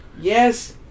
Yes